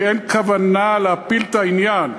כי אין כוונה להפיל את העניין,